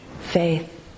faith